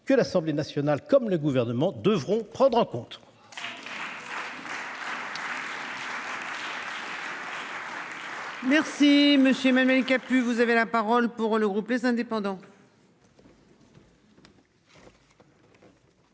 que l'Assemblée nationale, comme le gouvernement devront prendre en compte.